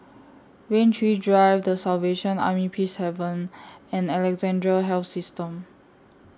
Rain Tree Drive The Salvation Army Peacehaven and Alexandra Health System